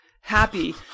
happy